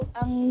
ang